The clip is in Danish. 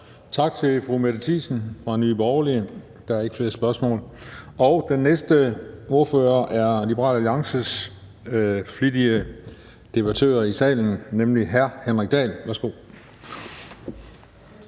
Tak til fru Mette Thiesen fra Nye Borgerlige. Der er ikke flere spørgsmål, og den næste ordfører er Liberal Alliances flittige debattør i salen, nemlig hr. Henrik Dahl. Værsgo.